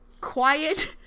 quiet